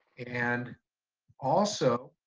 and also,